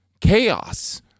chaos